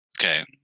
okay